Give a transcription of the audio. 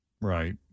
Right